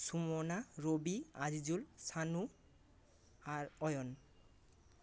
সুমনা রবি আজিজুল সানু আর অয়ন